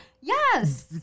yes